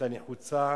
היתה נחוצה